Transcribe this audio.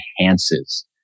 enhances